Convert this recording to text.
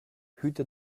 hüte